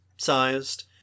Sized